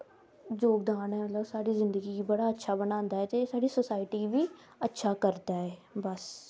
जोगदान ऐ मतलव साढ़ी जिन्दगी बड़ा अच्छा बनांदा ऐ ते साढ़ी सोसाईटी गी बी अच्छी करदा ऐ